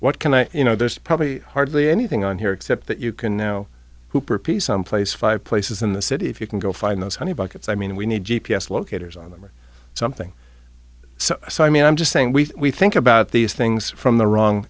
what can i you know there's probably hardly anything on here except that you can now hooper piece someplace five places in the city if you can go find those honey buckets i mean we need g p s locators on them or something so i mean i'm just saying we think about these things from the wrong